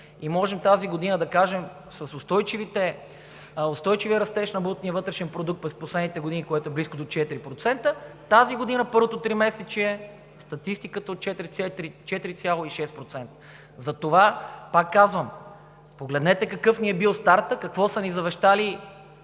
И можем тази година да кажем – с устойчивия растеж на брутния вътрешен продукт през последните години, което е близко до 4%, тази година първото тримесечие статистиката е 4,6%. Затова, пак казвам, погледнете какъв ни е бил стартът, какво ни е завещало